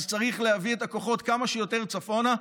צריך להביא את הכוחות כמה שיותר צפונה,